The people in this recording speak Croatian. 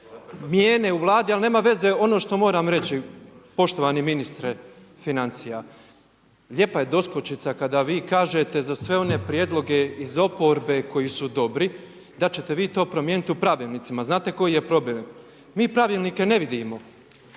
mijene u Vladi, ali nema veze, ono što moram reći, poštovani ministre financija, lijepa je doskočica kada vi kažete za sve one prijedloge iz oporbe koju su dobri da ćete vi to promijeniti u pravilnicima, znate koji je problem? Mi pravilnike ne vidimo.